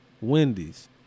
Wendy's